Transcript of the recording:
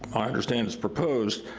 i understand it's proposed,